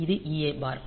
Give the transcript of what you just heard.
இது EA பார்